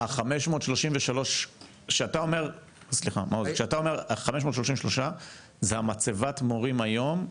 מעוז, כשאתה אומר ה-533 זו מצבת המורים היום?